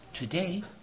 today